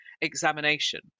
examination